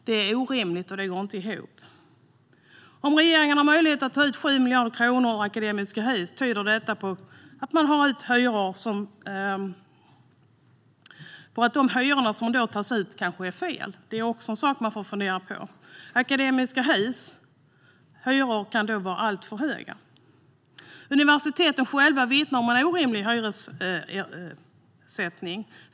Det är orimligt och går inte ihop. Om regeringen har möjlighet att ta ut 7 miljarder kronor ur Akademiska Hus tyder det på att de hyror som tas ut kanske är fel. Det är också en sak man får fundera på. De hyror som Akademiska Hus tar ut kan vara alltför höga. Universiteten själva vittnar om en orimlig hyressättning.